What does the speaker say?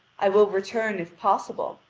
i will return if possible,